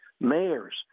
mayors